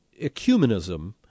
Ecumenism